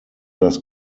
das